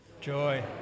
joy